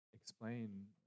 explain